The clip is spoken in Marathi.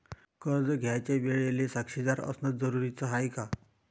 कर्ज घ्यायच्या वेळेले साक्षीदार असनं जरुरीच हाय का?